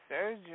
surgery